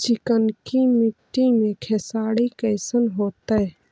चिकनकी मट्टी मे खेसारी कैसन होतै?